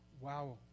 wow